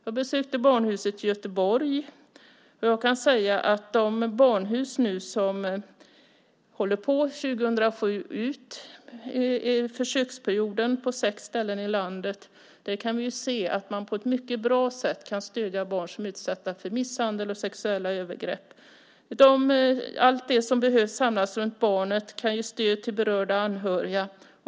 Jag besökte Barnhuset i Göteborg, och på de barnhus som nu ska hålla på under försöksperioden 2007 på sex ställen i landet kan vi se att man på ett mycket bra sätt kan stödja barn som är utsatta för misshandel och sexuella övergrepp. Allt det som behövs samlas runt barnet och kan ge stöd till berörda anhöriga.